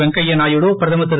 வெங்கய்ய நாயுடு பிரதமர் திரு